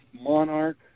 monarch